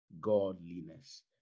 godliness